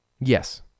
Yes